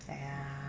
!aiya!